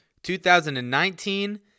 2019